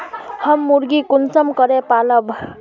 हम मुर्गा कुंसम करे पालव?